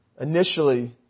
initially